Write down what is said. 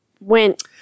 went